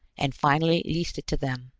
and finally leased it to them,